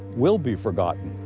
we'll be forgotten.